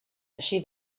així